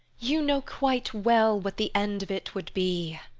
you know quite well what the end of it would be.